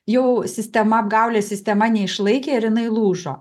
jau sistema apgaulės sistema neišlaikė ir jinai lūžo